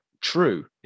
true